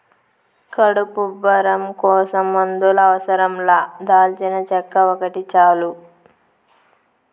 కడుపు ఉబ్బరం కోసం మందుల అవసరం లా దాల్చినచెక్క ఒకటి చాలు